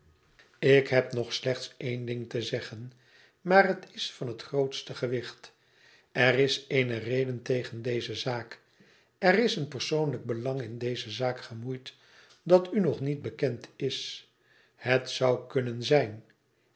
ik heb nog slechts één ding te zeggen maar het is van het grootste gewicht er is eene reden tegen deze zaak er is een persoonlijk belang in deze zaak gemoeid dat u nog niet bekend is het zou kunnen zijn